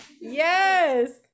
yes